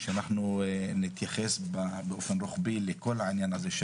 אנחנו נתייחס באופן רוחבי לכל העניין הזה של